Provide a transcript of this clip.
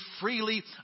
freely